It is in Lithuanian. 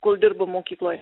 kol dirbu mokykloj